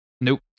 nope